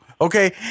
Okay